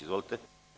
Izvolite.